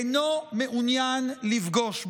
אינו מעוניין לפגוש בו.